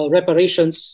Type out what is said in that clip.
Reparations